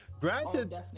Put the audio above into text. granted